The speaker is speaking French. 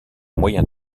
moyen